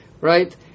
right